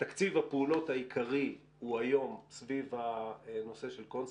תקציב הפעולות העיקרי הוא היום סביב הנושא של 'קונצרט',